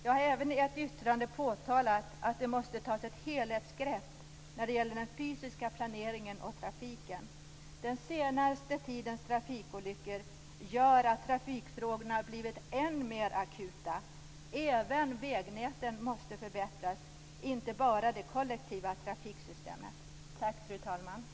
Jag har även i ett yttrande påtalat att det måste tas ett helhetsgrepp när det gäller den fysiska planeringen och trafiken. Den senaste tidens trafikolyckor gör att trafikfrågorna har blivit än mer akuta. Även vägnäten måste förbättras, och inte bara det kollektiva trafiksystemet.